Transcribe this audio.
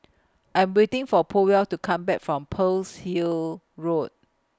I Am waiting For Powell to Come Back from Pearl's Hill Road